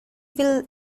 will